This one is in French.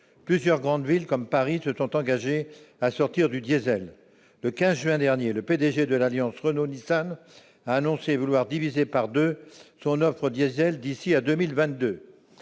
Plusieurs grandes villes, comme Paris, se sont engagées à sortir du diesel. Le 15 juin dernier, le PDG de l'alliance Renault-Nissan a annoncé vouloir diviser par deux son offre de véhicules